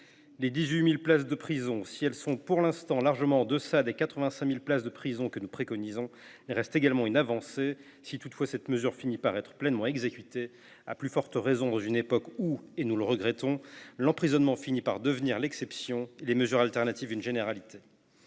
Les 18 000 places de prison, si elles sont pour l’instant largement en deçà des 85 000 places que nous préconisons, constituent également une avancée, si toutefois cette mesure vient à être pleinement exécutée, à plus forte raison à une époque où – nous le regrettons !– l’emprisonnement finit par devenir l’exception et les mesures alternatives une généralité.